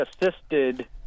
assisted